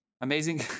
Amazing